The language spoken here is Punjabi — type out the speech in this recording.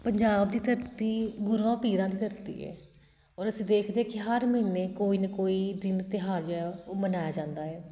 ਪੰਜਾਬ ਦੀ ਧਰਤੀ ਗੁਰੂਆਂ ਪੀਰਾਂ ਦੀ ਧਰਤੀ ਹੈ ਔਰ ਅਸੀਂ ਦੇਖਦੇ ਕਿ ਹਰ ਮਹੀਨੇ ਕੋਈ ਨਾ ਕੋਈ ਦਿਨ ਤਿਉਹਾਰ ਜੋ ਹੈ ਉਹ ਮਨਾਇਆ ਜਾਂਦਾ ਹੈ